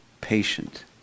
patient